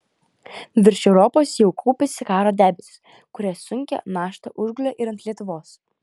virš europos jau kaupėsi karo debesys kurie sunkia našta užgulė ir ant lietuvos